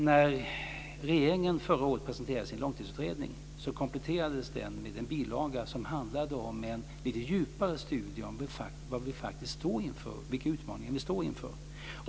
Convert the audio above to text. När regeringen förra året presenterade sin långtidsutredning kompletterades den med en bilaga med lite djupare studier om vilka utmaningar vi faktiskt står inför.